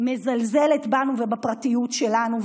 מזלזלת בנו ובפרטיות שלנו,